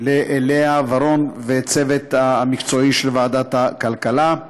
ללאה ורון ולצוות המקצועי של ועדת הכלכלה.